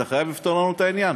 אתה חייב לפתור לנו את העניין.